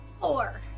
four